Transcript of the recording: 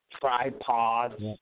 tripods